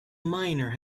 miner